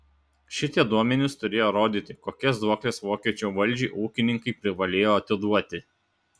šitie duomenys turėjo rodyti kokias duokles vokiečių valdžiai ūkininkai privalėjo atiduoti